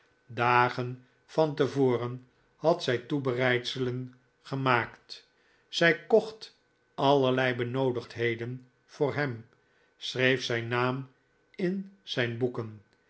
dagen van te voren had zij toebereidselen gemaakt zij kocht allerlei benoodigdheden voor hem schreef zijn naam in zijn boeken